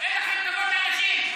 אין לכן כבוד לאנשים.